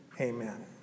amen